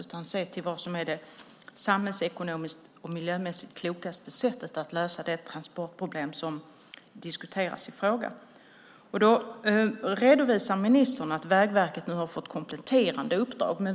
I stället ska man se på det samhällsekonomiskt och miljömässigt klokaste sättet att lösa de transportproblemen. Ministern redovisar att Vägverket nu har fått kompletterande uppdrag.